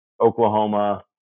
Oklahoma